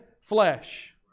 flesh